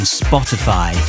spotify